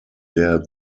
der